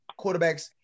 quarterbacks